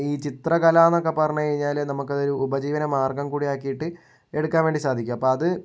ഈ ചിത്രകലയെന്നൊക്കെ പറഞ്ഞു കഴിഞ്ഞാൽ നമുക്കത് ഒരു ഉപജീവന മാർഗ്ഗം കൂടിയാക്കിയിട്ട് എടുക്കാൻ വേണ്ടി സാധിക്കും അപ്പം അത്